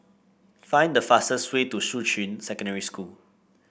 find the fastest way to Shuqun Secondary School